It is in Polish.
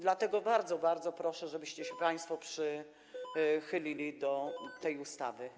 Dlatego bardzo, bardzo proszę, żebyście się państwo przychylili do tej ustawy.